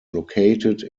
located